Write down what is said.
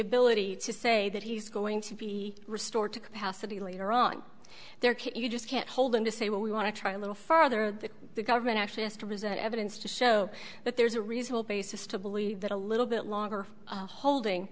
ability to say that he's going to be restored to capacity later on their kid you just can't hold him to say well we want to try a little further that the government actually has to resent evidence to show that there's a reasonable basis to believe that a little bit longer holding